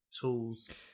tools